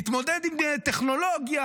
להתמודד עם טכנולוגיה,